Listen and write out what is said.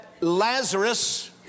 Lazarus